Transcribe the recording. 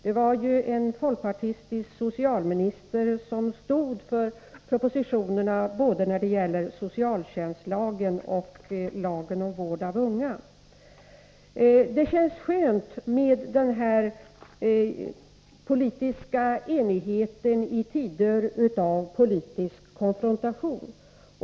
Det var ju en folkpartistisk socialminister som framlade propositionerna beträffande både socialtjänstlagen och lagen med särskilda bestämmelser om vård av unga. Det känns skönt med den här politiska enigheten i tider av politisk konfrontation.